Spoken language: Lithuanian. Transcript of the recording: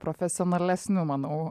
profesionalesniu manau